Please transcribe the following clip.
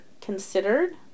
considered